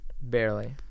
Barely